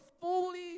fully